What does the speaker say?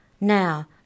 Now